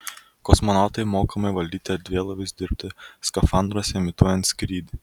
kosmonautai mokomi valdyti erdvėlaivius dirbti skafandruose imituojant skrydį